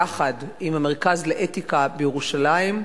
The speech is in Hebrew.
יחד עם המרכז לאתיקה בירושלים,